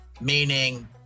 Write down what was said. meaning